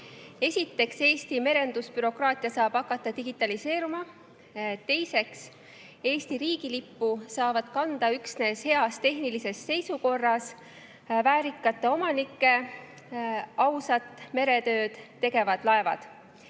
Esiteks, Eesti merendusbürokraatia saab hakata digitaliseeruma. Teiseks, Eesti riigilippu saavad kanda üksnes heas tehnilises seisukorras väärikate omanike ausat meretööd tegevad laevad.